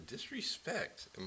Disrespect